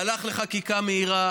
הלך לחקיקה מהירה,